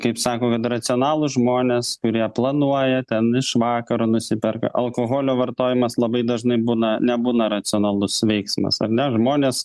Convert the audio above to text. kaip sako kad racionalūs žmonės kurie planuoja ten iš vakaro nusiperka alkoholio vartojimas labai dažnai būna nebūna racionalus veiksmas ar ne žmonės